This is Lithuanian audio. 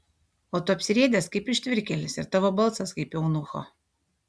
o tu apsirėdęs kaip ištvirkėlis ir tavo balsas kaip eunucho